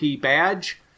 badge